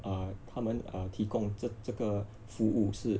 err 他们 err 提供这这个服务是